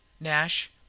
Nash